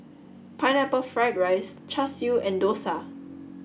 Pineapple Fried Rice Char Siu and Dosa